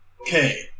Okay